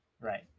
right